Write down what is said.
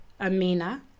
Amina